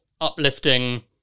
uplifting